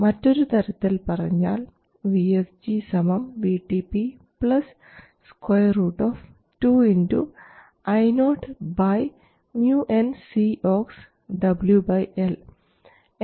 മറ്റൊരു തരത്തിൽ പറഞ്ഞാൽ VSG VTP 2 2 Io µnCox W L